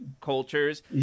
cultures